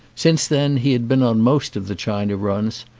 since then he had been on most of the china runs,